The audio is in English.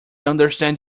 understand